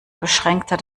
beschränkter